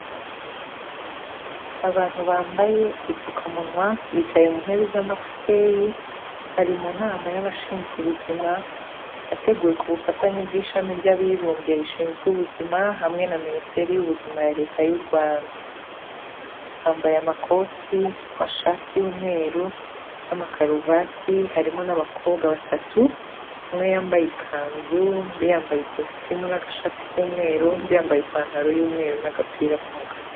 Abantu bambaye udupfukamunwa bicaye mu ntebe z'amafuteyi, bari mu nama y'abashinzwe ubuzima, yateguyewe ku bufatanye bw'ishami ry'abibumbye rishinzwe ubuzima hamwe na minisiteri y'ubuzima ya Leta y'u Rwanda, bambaye amakoti, amashati y'umweru, n'amakaruvati, harimo n'abakobwa batatu, umwe yambaye ikanzu, undi yambaye ikositimu n'agashati k'umweru, undi yambaye ipantaro y'umweru n'agapira k'umukara.